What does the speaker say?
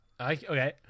Okay